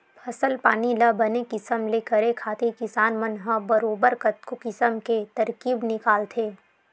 फसल पानी ल बने किसम ले करे खातिर किसान मन ह बरोबर कतको किसम के तरकीब निकालथे